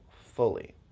fully